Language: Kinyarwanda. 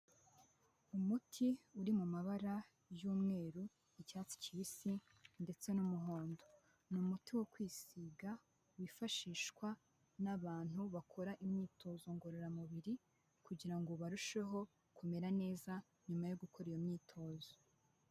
Umuti uri mu mabara y'umweru, icyatsi kibisi ndetse n'umuhondo, ni umuti wo kwisiga wifashishwa n'abantu bakora imyitozo ngororamubiri kugira ngo barusheho kumera neza nyuma yo gukora iyo myitozo.